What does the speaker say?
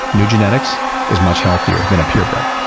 new genetics is much healthier than a purebred.